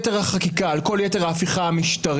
שזו הייתה הפעם היחידה שהלכתי חצי שעה לפני הזמן,